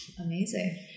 Amazing